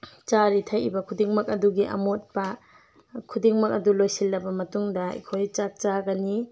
ꯆꯥꯔꯤ ꯊꯛꯂꯤꯕ ꯈꯨꯗꯤꯡꯃꯛ ꯑꯗꯨꯒꯤ ꯑꯃꯣꯠꯄ ꯈꯨꯗꯤꯡꯃꯛ ꯑꯗꯨ ꯂꯣꯏꯁꯤꯜꯂꯕ ꯃꯇꯨꯡꯗ ꯑꯩꯈꯣꯏ ꯆꯥꯛ ꯆꯥꯒꯅꯤ